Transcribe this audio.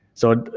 so,